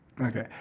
Okay